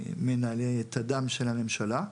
מנהלי תד"מ של הממשלה.